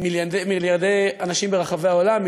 מיליארדי אנשים ברחבי העולם,